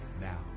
now